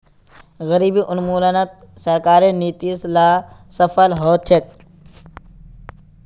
गरीबी उन्मूलनत सरकारेर नीती ला सफल ह छेक